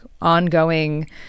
ongoing